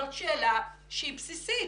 זאת שאלה שהיא בסיסית.